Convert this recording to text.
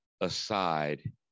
aside